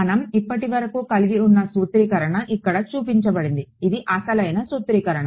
మనం ఇప్పటివరకు కలిగి ఉన్న సూత్రీకరణ ఇక్కడ చూపబడింది ఇది అసలైన సూత్రీకరణ